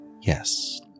yes